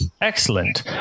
excellent